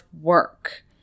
work